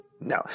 No